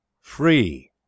free